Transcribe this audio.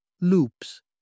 loops